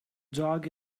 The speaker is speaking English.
dog